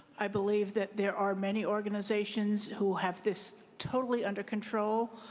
i believe that there are many organizations who have this totally under control.